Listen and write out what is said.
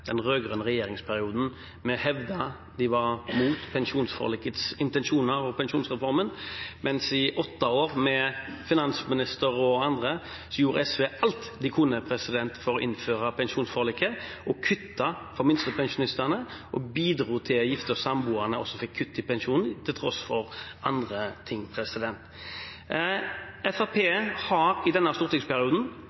regjeringsperioden med å hevde at de var imot pensjonsforlikets intensjoner og pensjonsreformen, mens de i åtte år, med finansminister og andre, gjorde alt de kunne for å innføre pensjonsforliket og kutte for minstepensjonistene, og de bidro til at gifte og samboende også fikk kutt i pensjonen, til tross for andre ting.